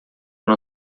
não